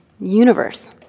universe